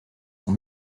son